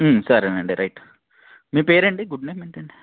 సరే అండి రైట్ మీ పేరు అండి గుడ్ నేమ్ ఏంటి అండి